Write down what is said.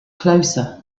closer